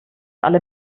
alle